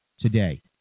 today